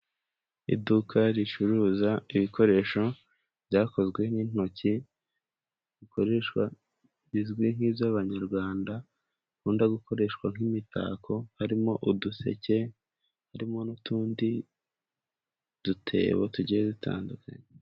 Iduka ricuruza ibikoresho byakozwe n'intoki, bikoreshwa bizwi nk'iby'abanyarwanda bakunda, bikunda gukoreshwa nk'imitako, harimo uduseke, harimo n'utundi dutebo tugiye dutandukanye.